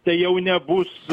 tai jau nebus